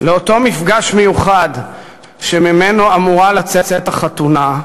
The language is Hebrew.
לאותו מפגש מיוחד שממנו אמורה לצאת החתונה.